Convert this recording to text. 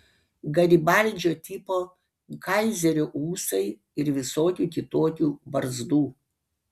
garibaldžio tipo kaizerio ūsai ir visokių kitokių barzdų